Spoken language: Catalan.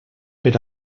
per